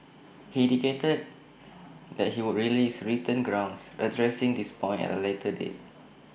he indicated that he would release written grounds addressing this point at A later date